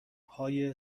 های